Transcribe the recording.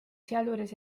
sealjuures